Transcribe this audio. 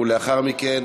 ולאחר מכן,